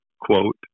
quote